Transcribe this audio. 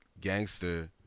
gangster